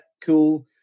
cool